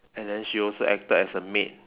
and then she also acted as a maid